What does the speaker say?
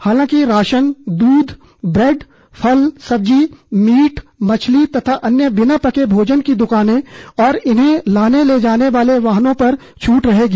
हालांकि राशन दूध ब्रैड फल सब्जी मीट मछली तथा अन्य बिना पके भोजन की दुकानें और इन्हें लाने ले जाने वाले वाहनों पर छूट रहेगी